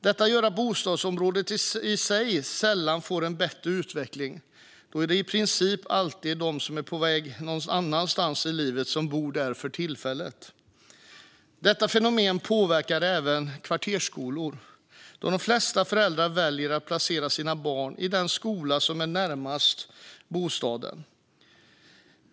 Detta gör att bostadsområdet i sig sällan får en bättre utveckling då det i princip alltid är de som är på väg någon annanstans i livet som bor där för tillfället. Detta fenomen påverkar även kvartersskolor, då de flesta föräldrar väljer att placera sina barn i den skola som är närmast bostaden.